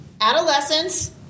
adolescence